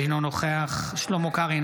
אינו נוכח שלמה קרעי,